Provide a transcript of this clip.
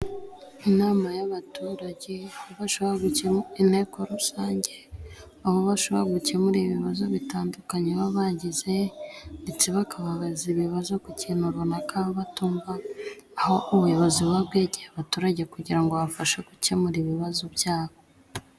Inama y'abaturajye ibashaho gukemura inteko rusanjye baba bashobora gukemura ibibazo bitandukanye baba bagize ndetse bakababaza ibibazo ku kintu runaka baba batumva aho ubuyobozi buba bwejyeye abaturage kugira ngo babafashe gukemura ibibazo byabo.